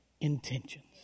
intentions